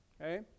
Okay